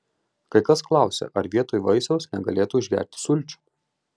kai kas klausia ar vietoj vaisiaus negalėtų išgerti sulčių